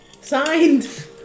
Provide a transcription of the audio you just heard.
Signed